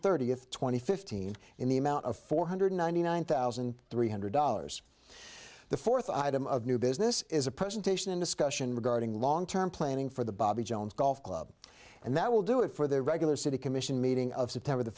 and fifteen in the amount of four hundred ninety nine thousand three hundred dollars the fourth item of new business is a presentation in discussion regarding long term planning for the bobby jones golf club and that will do it for the regular city commission meeting of september the